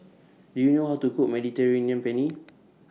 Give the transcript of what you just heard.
Do YOU know How to Cook Mediterranean Penne